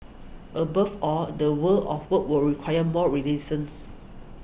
above all the world of work will require more resilience